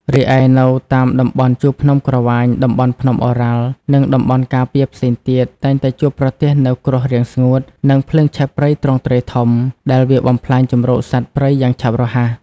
រីឯនៅតាមតំបន់ជួរភ្នំក្រវាញ តំបន់ភ្នំឱរ៉ាល់ និងតំបន់ការពារផ្សេងទៀត តែងតែជួបប្រទះនូវគ្រោះរាំងស្ងួត និងភ្លើងឆេះព្រៃទ្រង់ទ្រាយធំ ដែលវាបំផ្លាញជម្រកសត្វព្រៃយ៉ាងឆាប់រហ័ស។